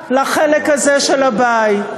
לחלק הזה של הבית.